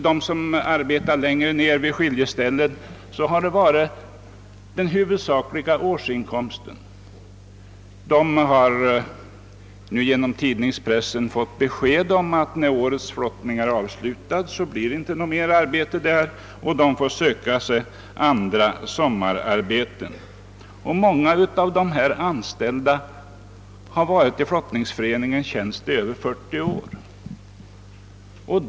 De som arbetat längre ned, vid skilje ställen, har haft sin huvudsakliga årsinkomst av detta arbete. Dessa flottningsarbetare har nu genom pressen fått besked om att när flottningarna avslutats för året så blir det inte mer arbete där. De får söka sig andra sommararbeten. Många av dem har varit i flottningsföreningens tjänst över 40 år.